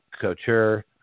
Couture